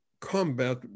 combat